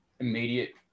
immediate